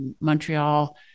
Montreal